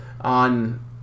on